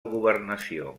governació